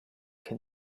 can